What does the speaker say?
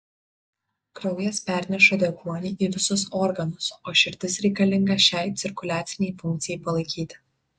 kraujas perneša deguonį į visus organus o širdis reikalinga šiai cirkuliacinei funkcijai palaikyti